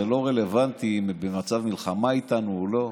זה לא רלוונטי אם הן במצב מלחמה איתנו או לא.